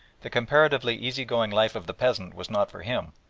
the comparatively easy-going life of the peasant was not for him,